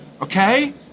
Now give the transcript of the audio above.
okay